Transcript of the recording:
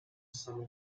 some